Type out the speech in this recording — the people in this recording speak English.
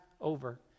over